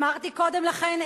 אמרתי קודם לכן,